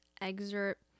excerpt